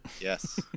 Yes